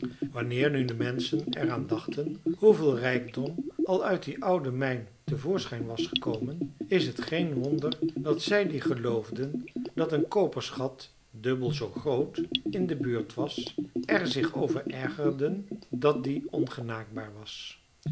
wanneer nu de menschen er aan dachten hoeveel rijkdom al uit die oude mijn te voorschijn was gekomen is t geen wonder dat zij die geloofden dat een koperschat dubbel zoo groot in de buurt was er zich over ergerden dat die ongenaakbaar was